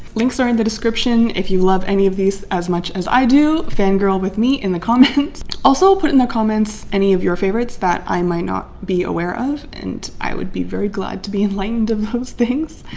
links are in the description. if you love any of these as much as i do fangirl with me in the comments. also put in their comments any of your favorites that i might not be aware of and i would be very glad to be enlightened of those things.